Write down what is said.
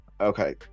Okay